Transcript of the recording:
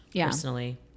personally